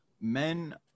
men